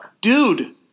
Dude